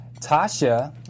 Tasha